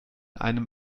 einem